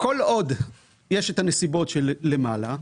כל עוד יש את הנסיבות של למעלה,